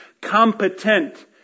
competent